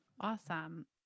Awesome